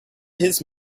his